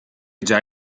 già